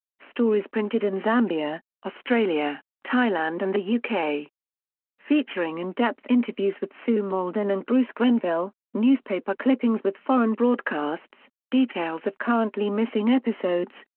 stories printed in zambia, australia, thailand and the yeah uk. featuring in-depth interviews with sue malden and bruce grenville, newspaper clippings with foreign broadcasts, details of currently missing episodes,